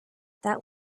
that